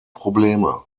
probleme